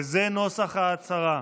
וזה נוסח ההצהרה: